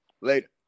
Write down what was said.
Later